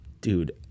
dude